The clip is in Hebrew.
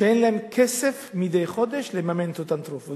אין כסף מדי חודש לממן את אותן תרופות.